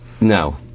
No